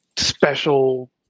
Special